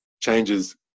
changes